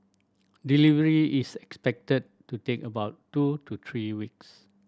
delivery is expected to take about two to three weeks